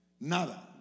Nada